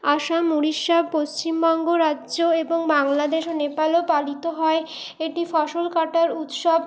আসাম উড়িষ্যা পশ্চিমবঙ্গ রাজ্য এবং বাংলাদেশ ও নেপালেও পালিত হয় এটি ফসল কাটার উৎসব